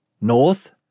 North